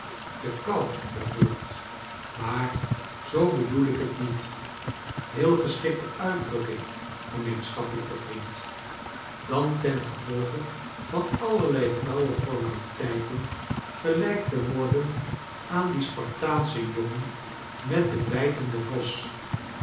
te koud dat woord rnaar zoo bedoel ik het niet heel geschikte uitdrukking gemeenschappelijke vriend dan tengevolge van allerlei flauwe formaliteiten gelijk te worden aan dien spartaanschen jongen met den bijtenden vos